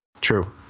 true